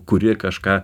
kuri kažką